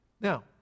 Now